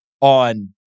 on